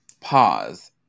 pause